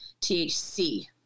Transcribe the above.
THC